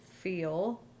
feel